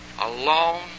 alone